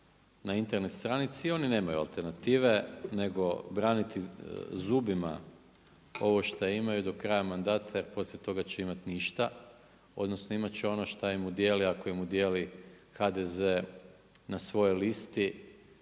na Internet stranici. Oni nemaju alternative nego braniti zubima ovo što imaju do kraja mandata, jer poslije toga će imati ništa, odnosno imat će ono šta im udijeli ako im udijeli HDZ na svojoj listi